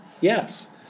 yes